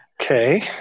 Okay